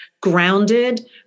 grounded